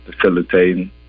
facilitating